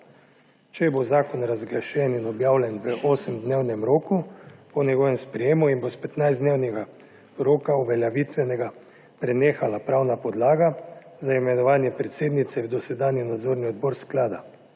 Če bo zakon razglašen in objavljen v osemdnevnem roku po njegovem sprejemu in bo s petnajstdnevnega uveljavitvenega roka prenehala pravna podlaga za imenovanje predsednice v dosedanji Nadzorni odbor sklada,